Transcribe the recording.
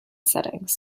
settings